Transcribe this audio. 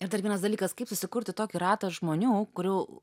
ir dar vienas dalykas kaip susikurti tokį ratą žmonių kurių